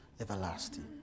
Everlasting